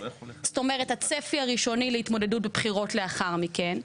זאת אומרת הצפי הראשוני להתמודדות בבחירות לאחר מכן,